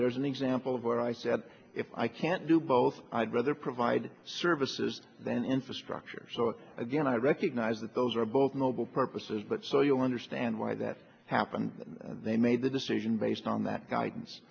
there's an example of where i said if i can't do both i'd rather provide services than infrastructure so again i recognize that those are both noble purposes but so you'll understand why that happened when they made the decision based on that guidance